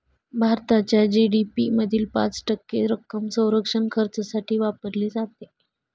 भारताच्या जी.डी.पी मधील पाच टक्के रक्कम संरक्षण खर्चासाठी वापरली जाते